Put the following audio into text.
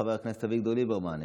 חבר הכנסת אביגדור ליברמן,